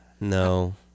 No